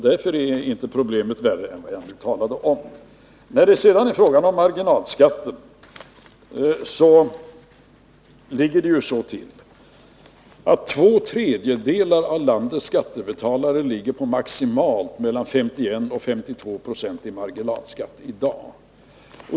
Därför är problemet inte svårare än jag nyss redovisat. I fråga om marginalskatten är det ju så, att två tredjedelar av landets skattebetalare ligger på maximalt 51-52 26 i marginalskatt i dag.